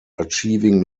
achieving